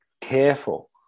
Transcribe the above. careful